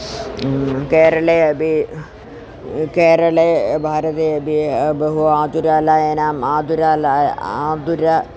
केरले अपि केरले भारते अपि बहु आतुरालयानाम् आतुरलाय आतुरः